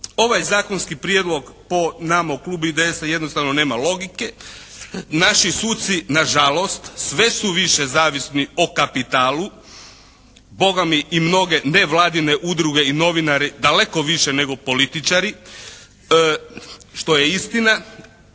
ovaj zakonski prijedlog po nama u Klubu IDS-a jednostavno nema logike. Naši suci nažalost sve su više zavisni o kapitalu. Bogami i mnoge nevladine udruge i novinari daleko više nego političari. Što je istina,